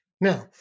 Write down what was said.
Now